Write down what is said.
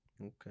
Okay